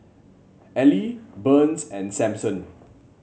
Elie Burns and Samson